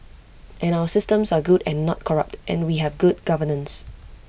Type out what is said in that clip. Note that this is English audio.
and our systems are good and not corrupt and we have good governance